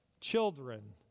children